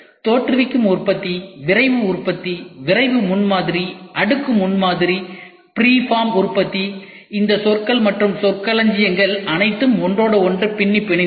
தோற்றுவிக்கும் உற்பத்தி விரைவு உற்பத்தி விரைவு முன்மாதிரி அடுக்கு முன்மாதிரி ஃப்ரீஃபார்ம் உற்பத்தி இந்த சொற்கள் மற்றும் சொற்களஞ்சியங்கள் அனைத்தும் ஒன்றோடொன்று பின்னிப் பிணைந்தது